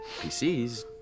PCs